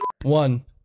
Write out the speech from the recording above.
One